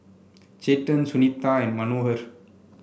Chetan Sunita and Manohar